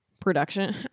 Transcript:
production